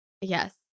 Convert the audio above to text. Yes